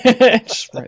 right